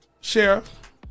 Sheriff